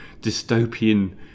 dystopian